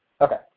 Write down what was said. Okay